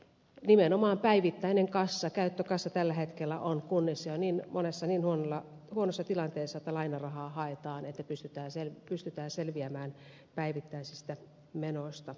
nimenomaan päivittäinen kassa käyttökassa tällä hetkellä on jo niin monessa kunnassa niin huonossa tilanteessa että lainarahaa haetaan jotta pystytään selviämään päivittäisistä menoista kustannuksista